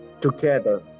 together